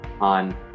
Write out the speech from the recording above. on